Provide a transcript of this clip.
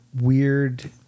Weird